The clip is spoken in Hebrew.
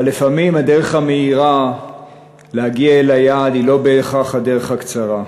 אבל לפעמים הדרך המהירה להגיע אל היעד היא לא בהכרח הדרך הקצרה.